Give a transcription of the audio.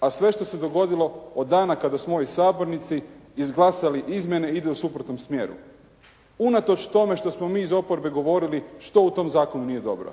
a sve što se dogodilo od dana kada smo u ovoj sabornici izglasali izmjene idu u suprotnom smjeru unatoč tome što smo mi iz oporbe govorili što u tom zakonu nije dobro.